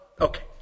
Okay